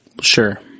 Sure